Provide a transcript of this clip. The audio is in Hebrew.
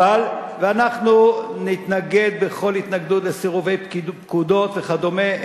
ואנחנו נתנגד בכל התנגדות לסירובי פקודות וכדומה,